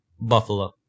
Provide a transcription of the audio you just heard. Buffalo